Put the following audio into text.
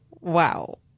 Wow